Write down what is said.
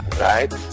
right